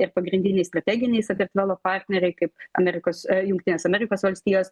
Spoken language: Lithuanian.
ir pagrindiniai strateginiai sakartvelo partneriai kaip amerikos jungtinės amerikos valstijos